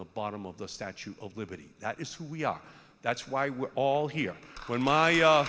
the bottom of the statue of liberty that is who we are that's why we're all here when my